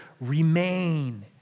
remain